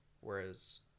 Whereas